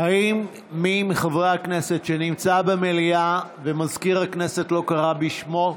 האם יש מי מחברי הכנסת שנמצא במליאה ומזכיר הכנסת לא קרא בשמו?